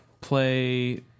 play